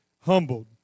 humbled